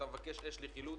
אתה מבקש אש לחילוץ